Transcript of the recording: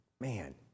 man